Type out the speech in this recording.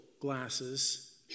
glasses